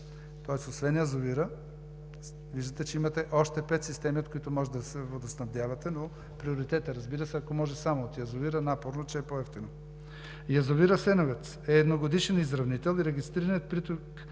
Освен язовира виждате, че имате още пет системи, от които може да се водоснабдявате, но приоритет е, разбира се, ако може само от язовира, напорно, че е по-евтино. Язовир „Асеновец“ е едногодишен изравнител и регистрираният приток